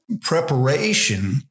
preparation